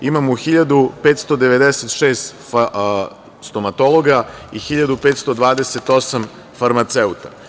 Imamo 1596 stomatologa i 1528 farmaceuta.